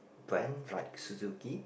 brand like Suzuki